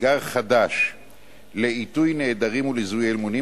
חדש לאיתור נעדרים ולזיהוי אלמונים,